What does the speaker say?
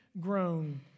grown